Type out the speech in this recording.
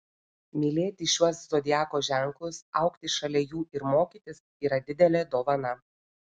mylėti šiuos zodiako ženklus augti šalia jų ir mokytis yra didelė dovana